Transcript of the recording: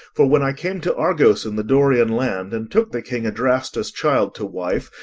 for when i came to argos in the dorian land and took the king adrastus' child to wife,